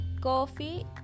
coffee